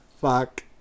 Fuck